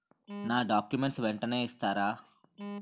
నా డాక్యుమెంట్స్ వెంటనే ఇస్తారా?